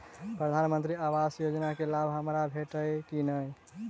प्रधानमंत्री आवास योजना केँ लाभ हमरा भेटतय की नहि?